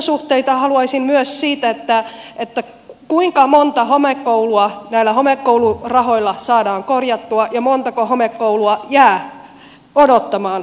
mittasuhteita haluaisin myös siitä kuinka monta homekoulua näillä homekoulurahoilla saadaan korjattua ja montako homekoulua jää odottamaan rahoitusta